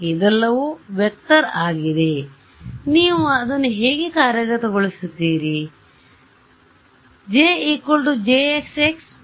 ಇದೆಲ್ಲವೂ ವೆಕ್ಟರ್ ಆಗಿದೆ ಆದ್ದರಿಂದ ನೀವು ಅದನ್ನು ಹೇಗೆ ಕಾರ್ಯಗತಗೊಳಿಸುತ್ತೀರಿ